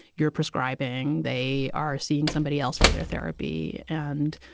you're prescribing, they are seeing somebody else for their therapy. and,